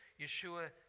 Yeshua